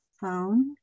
phone